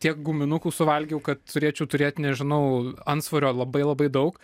tiek guminukų suvalgiau kad turėčiau turėt nežinau antsvorio labai labai daug